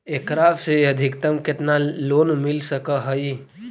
एकरा से अधिकतम केतना लोन मिल सक हइ?